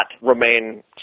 remain